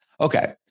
Okay